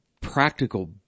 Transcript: practical